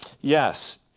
Yes